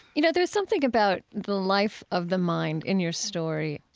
you know, there's something about the life of the mind in your story.